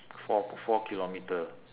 four four kilometre